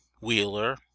Wheeler